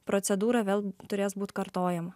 procedūra vėl turės būt kartojama